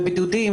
בידודים,